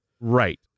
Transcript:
Right